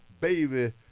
Baby